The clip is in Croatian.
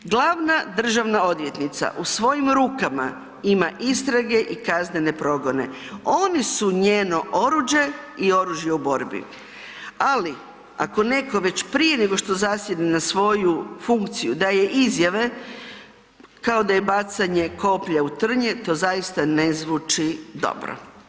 Glavna državna odvjetnica u svojim rukama ima istrage i kaznene progone, oni su njeno oruđe i oružje u borbi, ali ako netko već prije nego što zasjedne na svoju funkciju daje izjave kao da je bacanje koplja u trnje to zaista ne zvuči dobro.